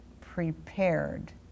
prepared